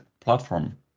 platform